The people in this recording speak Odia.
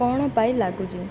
କ'ଣ ପାଇଁ ଲାଗୁଛି